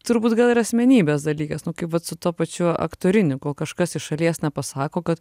turbūt gal ir asmenybės dalykas nu vat su tuo pačiu aktoriniu kažkas iš šalies nepasako kad